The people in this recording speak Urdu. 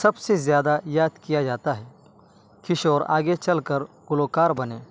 سب سے زیادہ یاد کیا جاتا ہے کشور آگے چل کر گلوکار بنے